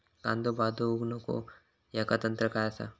कांदो बाद होऊक नको ह्याका तंत्र काय असा?